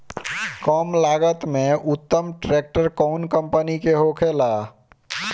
कम लागत में उत्तम ट्रैक्टर कउन कम्पनी के होखेला?